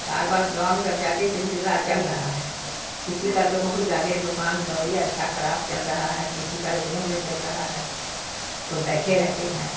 کاروبار لون کا جیادے سلسلہ چل رہا ہے کسی کا تو بہت زیادہ دوکان دوری اچھا خراب چل رہا ہے کسی کا ایک دم نہیں چل رہا ہے کوئی بیٹھے رہتے ہیں